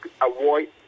avoid